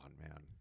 man